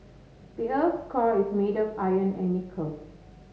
the earth's core is made of iron and nickel